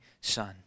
son